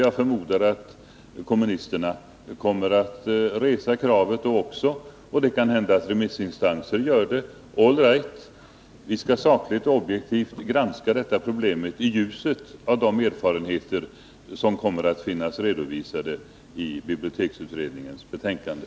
Jag förmodar att kommunisterna kommer att resa kravet också då, och det kan hända att remissinstanserna gör det. All right — vi skall sakligt och objektivt granska detta problem i ljuset av de erfarenheter som kommer att finnas redovisade i biblioteksutredningens betänkande.